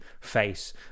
face